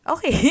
Okay